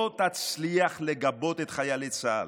היא לא תצליח לגבות את חיילי צה"ל,